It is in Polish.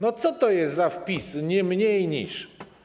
No co to jest za wpis „nie mniej niż”